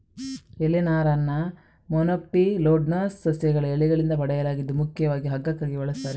ಎಲೆ ನಾರನ್ನ ಮೊನೊಕೊಟಿಲ್ಡೋನಸ್ ಸಸ್ಯಗಳ ಎಲೆಗಳಿಂದ ಪಡೆಯಲಾಗಿದ್ದು ಮುಖ್ಯವಾಗಿ ಹಗ್ಗಕ್ಕಾಗಿ ಬಳಸ್ತಾರೆ